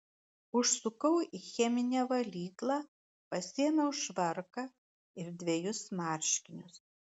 užsukau į cheminę valyklą pasiėmiau švarką ir dvejus marškinius